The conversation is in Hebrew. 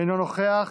אינו נוכח,